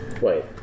Wait